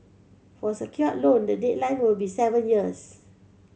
for secured loan the deadline will be seven years